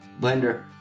blender